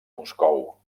moscou